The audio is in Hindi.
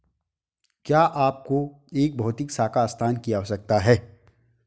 क्या आपको एक भौतिक शाखा स्थान की आवश्यकता है?